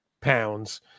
pounds